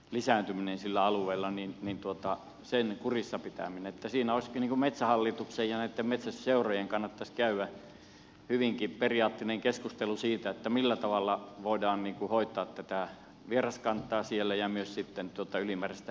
lisääntyminen sillä alueella niin pienpetojen lisääntymisen kurissa pitämisessä sillä alueella metsähallituksen ja näitten metsästysseurojen kannattaisi käydä hyvinkin periaatteellinen keskustelu siitä millä tavalla siellä voidaan hoitaa tätä vieraskantaa ja myös sitten tuota ylimääräistä hirvi ja peurakantaa